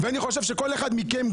ואני חושב שכל אחד מכם,